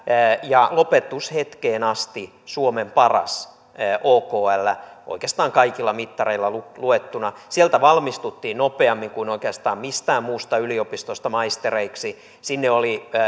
ja lopetushetkeen asti suomen paras okl oikeastaan kaikilla mittareilla luettuna sieltä valmistuttiin nopeammin kuin oikeastaan mistään muusta yliopistosta maistereiksi sinne oli